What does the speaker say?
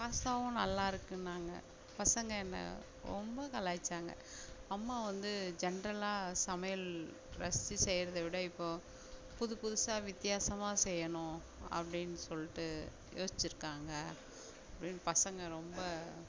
பாஸ்தாவும் நல்லா இருக்குன்னாங்க பசங்கள் என்ன ரொம்ப கலாய்ச்சாங்க அம்மா வந்து ஜென்ரலாக சமையல் ரசித்து செய்கிறதவிட இப்போது புது புதுசாக வித்தியாசமா செய்யணும் அப்டின்னு சொல்ட்டு யோசிச்சிருக்காங்க அப்டின்னு பசங்கள் ரொம்ப